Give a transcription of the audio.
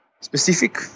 specific